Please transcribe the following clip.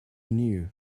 new